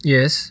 Yes